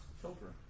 children